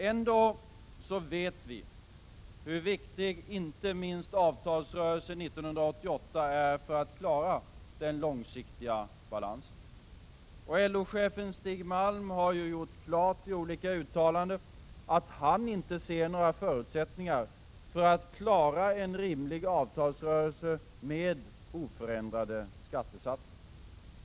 Ändå vet vi hur viktig inte minst avtalsrörelsen 1988 är för att klara den långsiktiga balansen. Och LO-chefen Stig Malm har genom olika uttalanden gjort klart att han inte ser några förutsättningar för att klara en rimlig avtalsrörelse med oförändrade skattesatser.